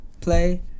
Play